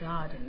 God